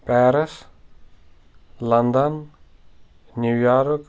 Paris London New York